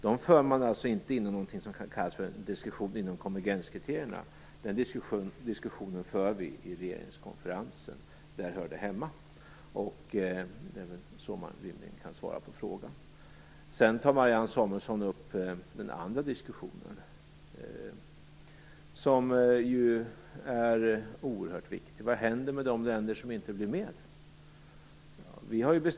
De förs alltså inte inom någonting som kan kallas för en diskussion inom konvergenskriterierna. Den diskussionen för vi i regeringskonferensen, där den hör hemma. Det är väl så jag rimligen kan svara på frågan. Sedan tar Marianne Samuelsson upp den andra diskussionen, som ju är oerhört viktig, om vad som händer med de länder som inte blir med i valutaunionen.